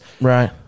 right